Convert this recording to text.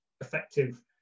effective